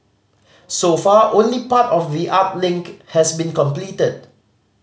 so far only part of the art link has been completed